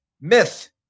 myth